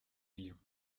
millions